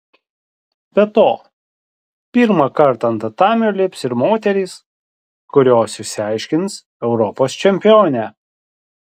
be to pirmą kartą ant tatamio lips ir moterys kurios išsiaiškins europos čempionę